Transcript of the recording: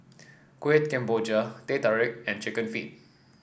Kueh Kemboja Teh Tarik and chicken feet